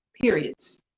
periods